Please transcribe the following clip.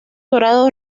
dorado